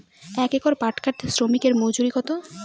এক একর পাট কাটতে শ্রমিকের মজুরি কত?